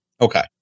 Okay